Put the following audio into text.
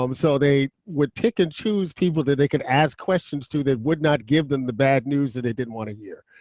um so they would pick and choose people that they could ask questions to that would not give them the bad news that they didn't want to hear.